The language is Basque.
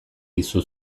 dizu